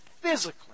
physically